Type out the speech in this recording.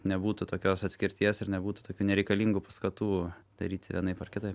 nebūtų tokios atskirties ir nebūtų tokių nereikalingų paskatų daryti vienaip ar kitaip